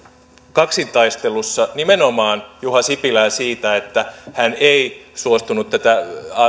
kaksintaistelussa nimenomaan juha sipilää siitä että hän ei suostunut tätä